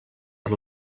per